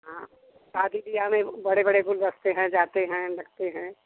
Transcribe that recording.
हाँ शादी विवाह में बड़े बड़े गुलदस्ते हैं जाते हैं बनते हैं